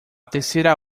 terceira